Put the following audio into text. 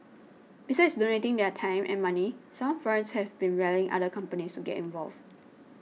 besides donating their time and money some firms have been rallying other companies to get involved